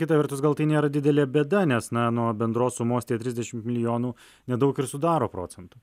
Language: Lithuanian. kita vertus gal tai nėra didelė bėda nes na nuo bendros sumos tie trisdešimt milijonų nedaug ir sudaro procentų